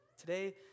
today